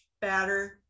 batter